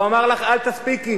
והוא אמר לך: אל תספיקי.